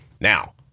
Now